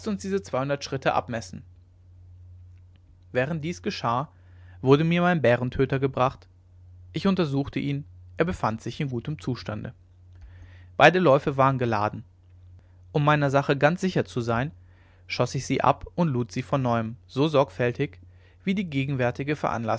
diese zweihundert schritte abmessen während dies geschah wurde mir mein bärentöter gebracht ich untersuchte ihn er befand sich in gutem zustande beide läufe waren geladen um meiner sache ganz sicher zu sein schoß ich sie ab und lud sie von neuem so sorgfältig wie die gegenwärtige